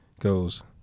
goes